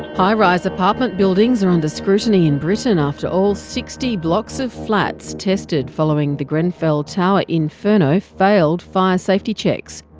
high-rise apartment buildings are under scrutiny in britain after all sixty blocks of flats tested following the grenfell tower inferno failed fire safety checks.